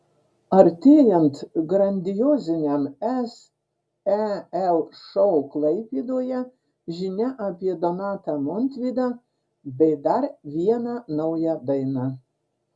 artėjant grandioziniam sel šou klaipėdoje žinia apie donatą montvydą bei dar vieną naują dainą